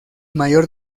mayor